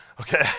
Okay